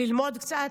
ללמוד קצת,